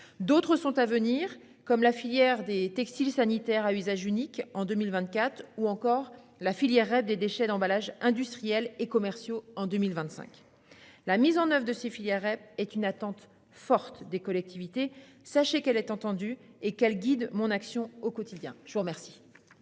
D'autres viendront plus tard comme la filière des textiles sanitaires à usage unique en 2024 ou encore la filière REP des déchets d'emballages industriels et commerciaux en 2025. La mise en oeuvre de ces filières REP est une attente forte des collectivités. Sachez qu'elle est entendue et qu'elle guide mon action au quotidien. La parole